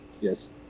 Yes